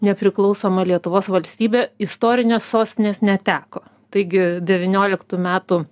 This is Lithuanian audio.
nepriklausoma lietuvos valstybė istorinės sostinės neteko taigi devynioliktų metų